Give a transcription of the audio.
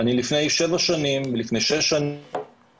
לפני שבע שנים, לפני שש שנים